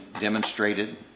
demonstrated